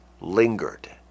lingered